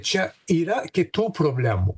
čia yra kitų problemų